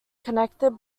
connected